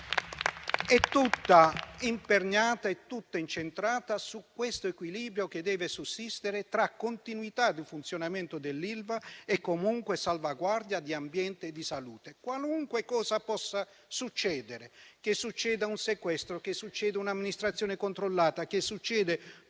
è tutta imperniata e incentrata su questo equilibrio che deve sussistere tra continuità di funzionamento dell'Ilva e salvaguardia dell'ambiente e della salute, qualunque cosa possa succedere. Che succeda un sequestro, che succeda un'amministrazione controllata, che succeda